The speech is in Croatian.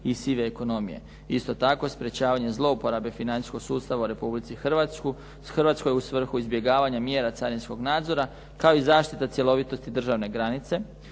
i sive ekonomije. Isto tako, sprječavanje zlouporabe financijskog sustava u Republici Hrvatskoj u svrhu izbjegavanja mjera carinskog nadzora kao i zaštita cjelovitosti državne granice,